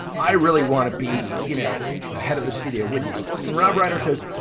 i really want to be, you know, the head of the studio with you and rob reiner says,